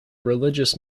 religious